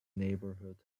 neighborhood